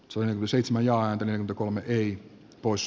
toinen seitsemän ja entinen kolme heli pois